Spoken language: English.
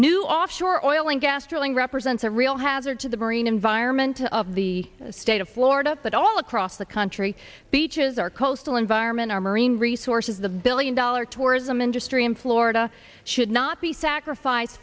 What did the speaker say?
new offshore oil and gas drilling represents a real hazard to the marine environment of the state of florida but all across the country beaches are coastal environment our marine resources the billion dollar tourism industry in florida should not be sacrifice